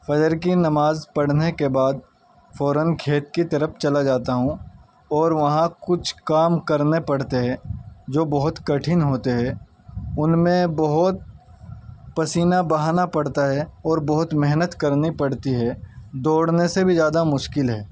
فجر کی نماز پڑھنے کے بعد فوراً کھیت کی طرف چلا جاتا ہوں اور وہاں کچھ کام کرنے پڑتے ہے جو بہت کٹھن ہوتے ہے ان میں بہت پسینہ بہانا پڑتا ہے اور بہت محنت کرنی پڑتی ہے دوڑنے سے بھی زیادہ مشکل ہے